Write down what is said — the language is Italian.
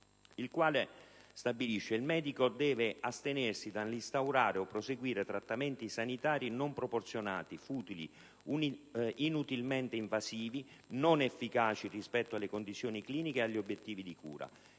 di legge stabilisce: «Il medico deve astenersi dall'instaurare o proseguire trattamenti sanitari non proporzionati, futili o inutilmente invasivi e non efficaci rispetto alle condizioni cliniche del paziente e agli obiettivi di cura».